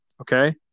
Okay